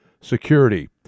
security